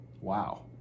Wow